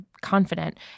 confident